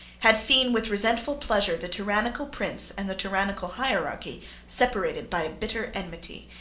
had seen with resentful pleasure the tyrannical prince and the tyrannical hierarchy separated by a bitter enmity,